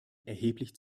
erheblich